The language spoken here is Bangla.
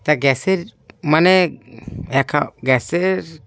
তা গ্যাসের মানে একা গ্যাসের